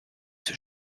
ces